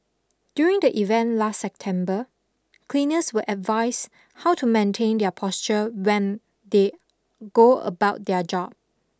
during the event last September cleaners were advised how to maintain their posture when they go about their job